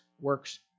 works